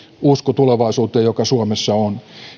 usko tulevaisuuteen joka suomessa on